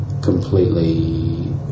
completely